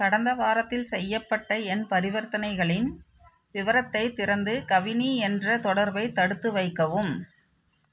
கடந்த வாரத்தில் செய்யப்பட்ட என் பரிவர்த்தனைகளின் விவரத்தைத் திறந்து கவினி என்ற தொடர்பை தடுத்து வைக்கவும்